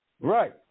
Right